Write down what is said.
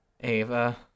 Ava